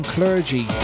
Clergy